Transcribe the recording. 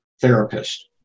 therapist